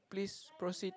please proceed